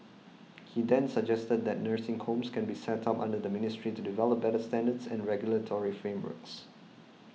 he then suggested that nursing homes can be set up under the ministry to develop better standards and regulatory frameworks